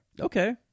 Okay